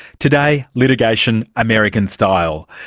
today litigation american style.